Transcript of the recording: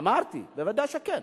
אמרתי, ודאי שכן.